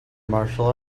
martial